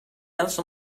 else